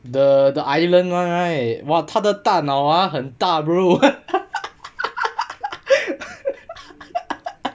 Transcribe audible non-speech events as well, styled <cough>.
the the island [one] right !wah! 他的大脑啊很大 bro <laughs>